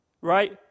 right